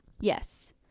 Yes